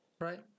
Right